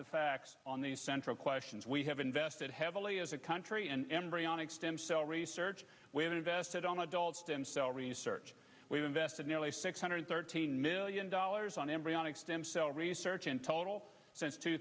the facts on the central questions we have invested heavily as a country embryonic stem cell research we have invested on adult stem cell research we've invested nearly six hundred thirteen million dollars on embryonic stem cell research in total since two